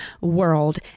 world